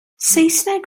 saesneg